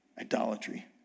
Idolatry